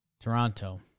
Toronto